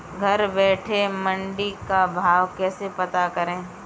घर बैठे मंडी का भाव कैसे पता करें?